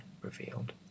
revealed